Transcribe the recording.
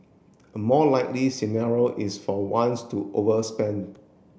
a more likely scenario is for once to overspend